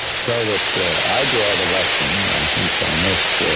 so that i draw the lesson and i think on this,